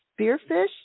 Spearfish